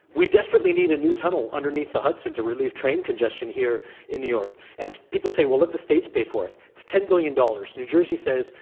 we desperately need a new tunnel underneath the huds on to relieve train congestion here in new york. and people say, well, let the states pay for it. it's ten billion dollars. new jersey says,